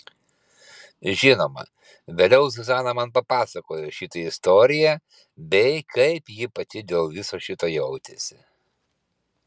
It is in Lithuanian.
žinoma vėliau zuzana man papasakojo šitą istoriją bei kaip ji pati dėl viso šito jautėsi